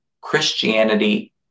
Christianity